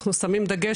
אנחנו שמחים דגש,